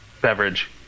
beverage